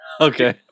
Okay